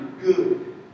good